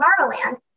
Tomorrowland